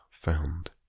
found